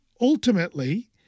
ultimately